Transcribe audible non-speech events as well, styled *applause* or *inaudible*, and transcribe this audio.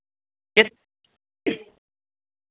*unintelligible*